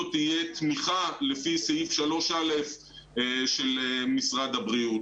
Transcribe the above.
תהיה תמיכה לפי סעיף 3א של משרד הבריאות.